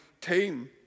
team